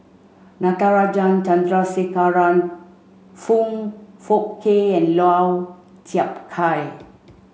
Natarajan Chandrasekaran Foong Fook Kay and Lau Chiap Khai